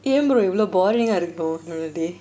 என்னடி இவ்ளோ:ennadi ivlo boring ah இருக்கு உன்னோட:iruku unnoda day